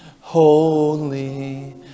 holy